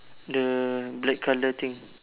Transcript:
the black colour thing